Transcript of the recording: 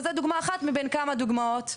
וזו דוגמה אחת מבין כמה דוגמאות.